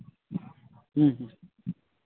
ᱦᱮᱸ ᱦᱮᱸ